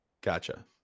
Gotcha